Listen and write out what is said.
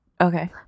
Okay